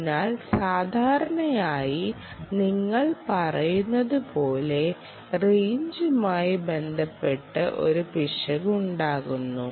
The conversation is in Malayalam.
അതിനാൽ സാധാരണയായി നിങ്ങൾ പറയുന്നതു പോലെ റേഞ്ചുമായി ബന്ധപ്പെട്ട് ഒരു പിശക് ഉണ്ടകുന്നു